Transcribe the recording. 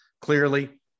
clearly